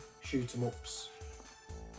shoot-em-ups